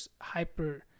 hyper